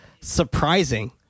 surprising